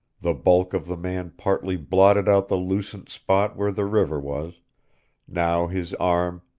the bulk of the man partly blotted out the lucent spot where the river was now his arm,